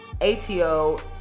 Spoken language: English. ATO